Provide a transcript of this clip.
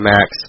Max